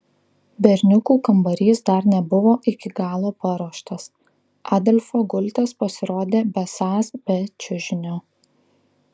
berniukų kambarys dar nebuvo iki galo paruoštas adolfo gultas pasirodė besąs be čiužinio